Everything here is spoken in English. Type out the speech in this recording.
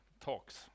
talks